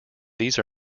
these